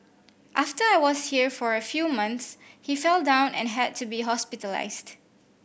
after I was here for a few months he fell down and had to be hospitalised